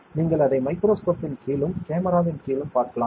எனவே நீங்கள் அதை மைக்ரோஸ்கோப்பின் கீழும் கேமராவின் கீழும் பார்க்கலாம்